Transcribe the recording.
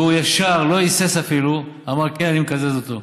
והוא ישר, לא היסס אפילו, אמר: כן, אני מקזז אותו.